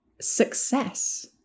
success